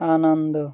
আনন্দ